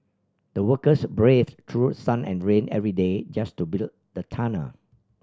the workers braved through sun and rain every day just to build the tunnel